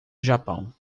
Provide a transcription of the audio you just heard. japão